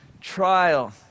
trial